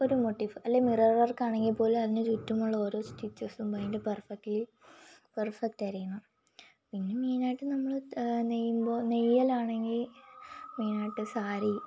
ഒരു മോട്ടിഫ് അല്ലെങ്കിൽ മിറർ വർക്കാണെങ്കിൽപ്പോലും അതിന് ചുറ്റുമുള്ള ഓരോ സ്റ്റിച്ചസും ഭയങ്കര പെർഫെക്റ്റ്ലി പെർഫെക്റ്റായിരിക്കണം പിന്നെ മെയിനായിട്ട് നമ്മൾ നെയ്യുമ്പോൾ നെയ്യലാണെങ്കിൽ മെയിനായിട്ട് സാരി